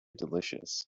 delicious